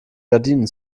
gardinen